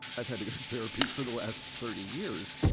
i've had to go to therapy for the last thirty years,